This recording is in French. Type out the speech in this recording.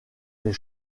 les